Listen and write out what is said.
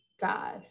God